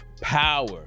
Power